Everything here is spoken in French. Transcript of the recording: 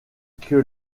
que